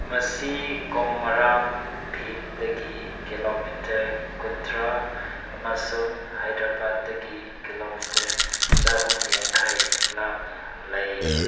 ꯃꯁꯤ ꯀꯣꯝꯃꯔꯥꯝ ꯚꯤꯝꯗꯒꯤ ꯀꯤꯂꯣꯃꯤꯇꯔ ꯀꯨꯟꯊ꯭ꯔꯥ ꯑꯃꯁꯨꯡ ꯍꯥꯏꯗ꯭ꯔꯕꯥꯠꯗꯒꯤ ꯀꯤꯂꯣꯃꯤꯇꯔ ꯆꯍꯨꯝ ꯌꯥꯡꯈꯩ ꯂꯥꯞꯅ ꯂꯩ